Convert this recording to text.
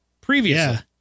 previously